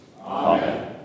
Amen